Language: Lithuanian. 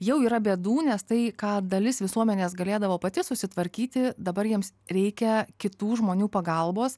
jau yra bėdų nes tai ką dalis visuomenės galėdavo pati susitvarkyti dabar jiems reikia kitų žmonių pagalbos